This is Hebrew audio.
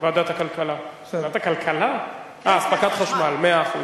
ועדת הכלכלה, מאה אחוז.